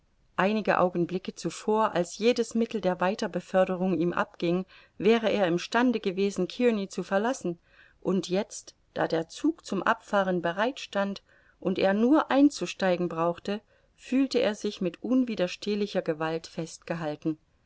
einige augenblicke zuvor als jedes mittel der weiterbeförderung ihm abging wäre er im stande gewesen kearney zu verlassen und jetzt da der zug zum abfahren bereit war und er nur einzusteigen brauchte fühlte er sich mit unwiderstehlicher gewalt festgehalten